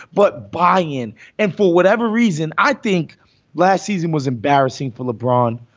but buying in and for whatever reason, i think last season was embarrassing for lebron.